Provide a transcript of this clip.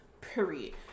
period